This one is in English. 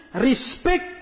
respect